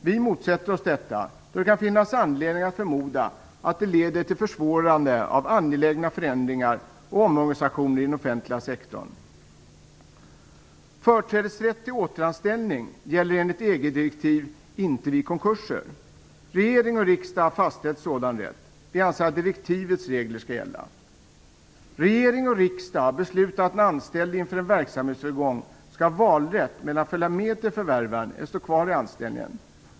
Vi motsätter oss detta, då det kan finnas anledning att förmoda att det leder till att angelägna förändringar och omorganisationer i den offentliga sektorn försvåras. EG-direktiv inte vid konkurser. Regering och riksdag har fastställt sådan rätt. Vi anser att direktivets regler skall gälla. Regering och riksdag har beslutat att den anställde inför en verksamhetsövergång skall ha valrätt mellan att följa med till förvärvaren eller att stå kvar i anställningen.